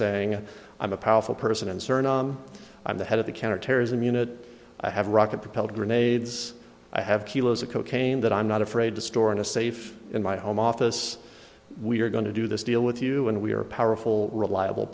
saying i'm a powerful person and suriname i'm the head of the counterterrorism unit i have rocket propelled grenades i have kilos of cocaine that i'm not afraid to store in a safe in my home office we're going to do this deal with you and we are powerful reliable